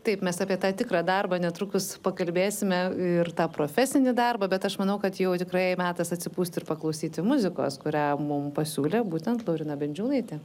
taip mes apie tą tikrą darbą netrukus pakalbėsime ir tą profesinį darbą bet aš manau kad jau tikrai metas atsipūsti ir paklausyti muzikos kurią mum pasiūlė būtent lauryna bendžiūnaitė